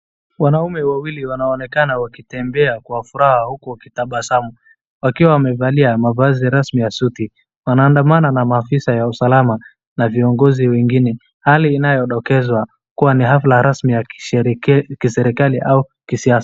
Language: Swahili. Wanaume wawili wanaonekana wakitembea kwa furaha uku wakitabasamu, wakiwa wamevalia mavazi rasmi ya suti. Wanaandamana na maafisa ya usalama na viongozi wengine. Hali inayodokezwa kuwa ni hafla rasmi ya kiserikali au kisiasa.